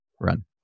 run